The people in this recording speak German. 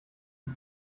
sie